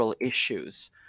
issues